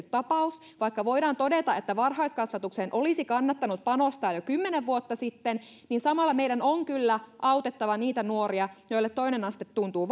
tapaus vaikka voidaan todeta että varhaiskasvatukseen olisi kannattanut panostaa jo kymmenen vuotta sitten niin samalla meidän on kyllä autettava niitä nuoria joille toinen aste tuntuu